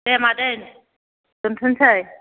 दे मादै दोनथ'नोसै